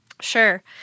Sure